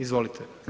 Izvolite.